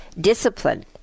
discipline